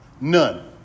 None